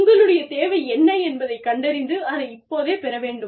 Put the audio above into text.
உங்களுடைய தேவை என்ன என்பதைக் கண்டறிந்து அதை இப்போதே பெற வேண்டும்